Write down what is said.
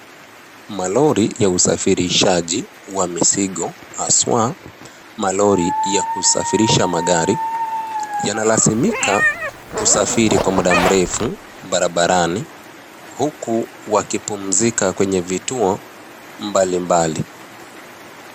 Malori ya usafirishaji wa mizigo, haswa malori ya kusafirisha magari, yanalazimika kusafiri kwa muda mrefu barabarani, huku wakipumzika kwenye vituo mbalimbali.